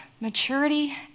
maturity